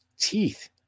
teeth